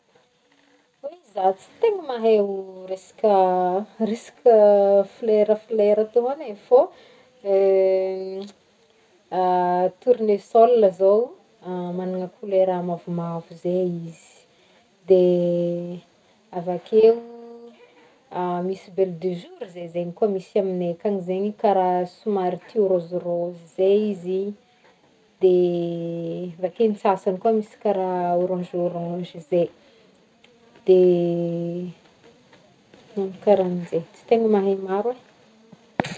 Za tsy tegna mahay resaka- resaka flera flera tô agne fô tournesol zao magnagna kolera mavomavo zay izy de avy akeo misy belle du jour zay zegny koa misy amignay ankany karaha tiô rozirozy zay izy de de avy akeo ny sasagny koa misy karaha orange orange de magnagno karaha zegny.